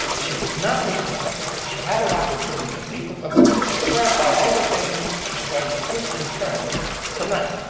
she would not meet with him, she has her opportunity to meet with him and clarify all the things she's trying to twist and turn tonight.